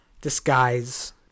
disguise